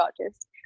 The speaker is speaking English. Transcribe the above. artists